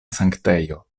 sanktejo